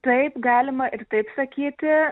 taip galima ir taip sakyti